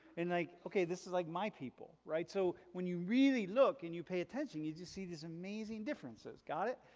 and like okay this is like my people right? so when you really look and you pay attention you just see these amazing differences. got it?